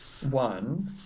One